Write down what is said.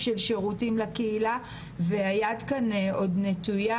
של שירותים לקהילה והיד כאן עוד נטויה,